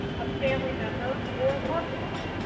a family member or a loved one?